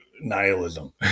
nihilism